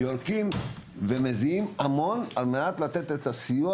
יורקים ומזיעים המון על מנת לתת את הסיוע